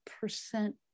percent